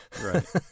Right